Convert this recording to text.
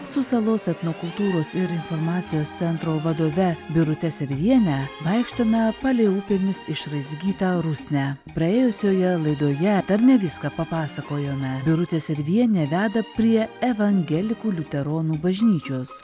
su salos etnokultūros ir informacijos centro vadove birute serviene vaikštome palei upėmis išraizgytą rusnę praėjusioje laidoje dar ne viską papasakojome birutė servienė veda prie evangelikų liuteronų bažnyčios